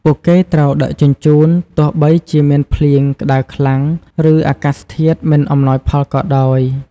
ពួកគេត្រូវដឹកជញ្ជូន ទោះបីជាមានភ្លៀង ក្តៅខ្លាំង ឬអាកាសធាតុមិនអំណោយផលក៏ដោយ។